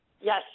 Yes